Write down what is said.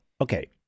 Okay